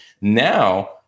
now